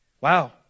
Wow